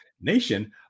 nation